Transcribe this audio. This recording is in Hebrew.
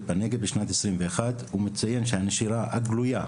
בנגב בשנת 2021 ובו הוא מציין שהנשירה הגלויה,